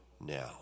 now